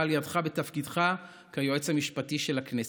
על ידיך בתפקידך כיועץ המשפטי של הכנסת.